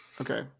Okay